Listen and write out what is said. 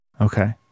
Okay